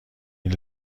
این